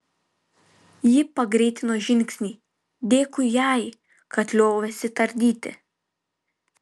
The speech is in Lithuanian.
ji pagreitino žingsnį dėkui jai kad liovėsi tardyti